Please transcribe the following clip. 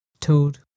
Toad